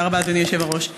אדוני היושב-ראש.